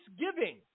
Thanksgiving